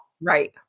Right